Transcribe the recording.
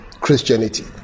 Christianity